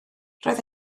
roedd